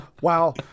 Wow